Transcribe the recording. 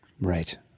right